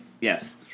Yes